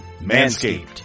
Manscaped